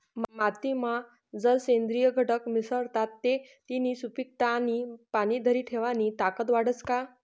मातीमा जर सेंद्रिय घटक मिसळतात ते तिनी सुपीकता आणि पाणी धरी ठेवानी ताकद वाढस का?